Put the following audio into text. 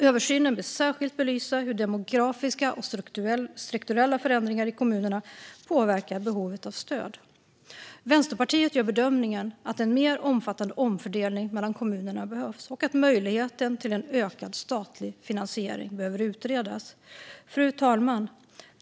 Översynen bör särskilt belysa hur demografiska och strukturella förändringar i kommunerna påverkar behovet av stöd. Vänsterpartiet gör bedömningen att en mer omfattande omfördelning mellan kommunerna behövs och att möjligheten till en ökad statlig finansiering behöver utredas. Fru talman!